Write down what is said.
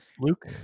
Luke